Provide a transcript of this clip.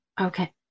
okay